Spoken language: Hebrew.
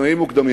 לתנאים מוקדמים.